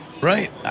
Right